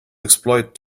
exploit